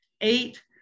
Eight